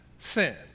sin